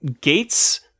Gates